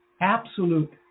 Absolute